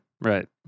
Right